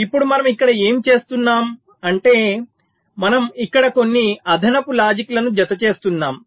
ఇప్పుడు మనం ఇక్కడ ఏమి చేస్తున్నాం అంటే మనం ఇక్కడ కొన్ని అదనపు లాజిక్లను జతచేస్తున్నాము